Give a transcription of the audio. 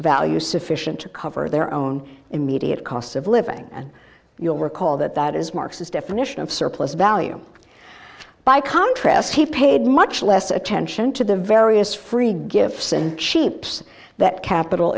value sufficient to cover their own immediate costs of living and you'll recall that that is marxist definition of surplus value by contrast he paid much less attention to the various free gifts and cheap so that capital